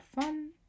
fun